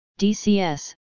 DCS